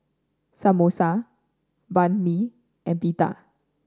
Samosa Banh Mi and Pita